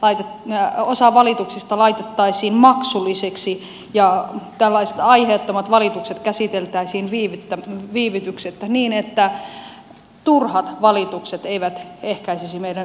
paita niin osa valituksista laitettaisiin maksullisiksi ja tällaiset aiheettomat valitukset käsiteltäisiin viivytyksettä niin että turhat valitukset eivät ehkäisisi meidän yritystoimintaamme